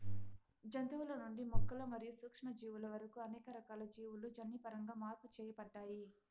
జంతువుల నుండి మొక్కలు మరియు సూక్ష్మజీవుల వరకు అనేక రకాల జీవులు జన్యుపరంగా మార్పు చేయబడ్డాయి